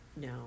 No